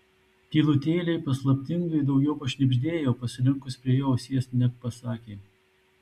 tylutėliai paslaptingai daugiau pašnibždėjo pasilenkus prie jo ausies neg pasakė